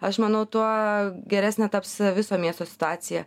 aš manau tuo geresnė taps viso miesto situacija